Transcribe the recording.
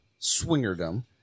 swingerdom